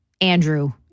Andrew